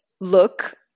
look